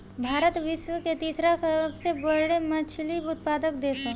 भारत विश्व के तीसरा सबसे बड़ मछली उत्पादक देश ह